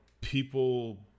people